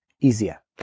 easier